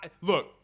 Look